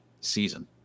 season